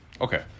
Okay